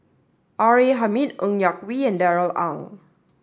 R A Hamid Ng Yak Whee and Darrell Ang